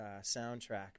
soundtrack